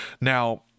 Now